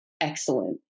excellent